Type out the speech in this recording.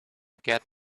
get